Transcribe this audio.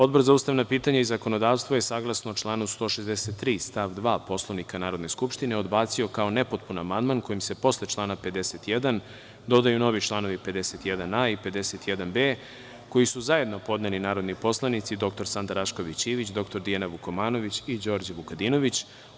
Odbor za ustavna pitanja i zakonodavstvo je saglasno članu 163. stav 2. Poslovnika Narodne skupštine odbacio kao nepotpun amandman kojim se posle člana 51. dodaju novi članovi 51a i 51b, koji su zajedno podneli narodni poslanici dr Sanda Rašković Ivić, dr Dijana Vukomanović i Đorđe Vukadinović.